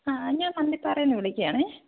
ആ ഞാൻ പന്നിപ്പാറയിൽ നിന്ന് വിളിക്കുവാണേ